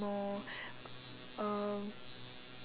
more um